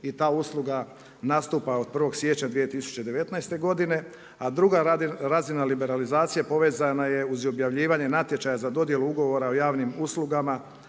i ta usluga nastupa od 01. siječnja 2019. godine, a druga razina liberalizacije povezana je uz objavljivanje natječaja za dodjelu Ugovora o javnim uslugama